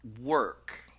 work